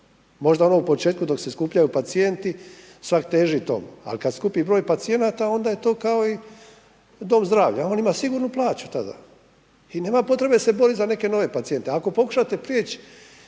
Možda ono u početku dok se skupljaju pacijenti svak teži tomu, ali kada skupi broj pacijenata onda je to kao u domu zdravlja. On ima sigurnu plaću tada i nema potrebe se boriti za neke nove pacijente.